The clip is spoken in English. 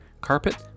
carpet